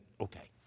okay